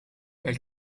bel